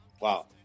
Wow